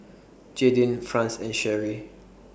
Jadyn Franz and Cherri